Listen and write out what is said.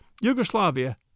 Yugoslavia